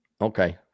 Okay